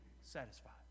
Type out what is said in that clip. satisfied